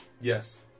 Yes